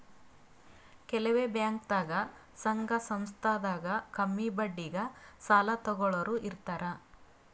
ಕೆಲವ್ ಬ್ಯಾಂಕ್ದಾಗ್ ಸಂಘ ಸಂಸ್ಥಾದಾಗ್ ಕಮ್ಮಿ ಬಡ್ಡಿಗ್ ಸಾಲ ತಗೋಳೋರ್ ಇರ್ತಾರ